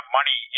money